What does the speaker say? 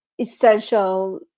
essential